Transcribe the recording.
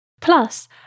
Plus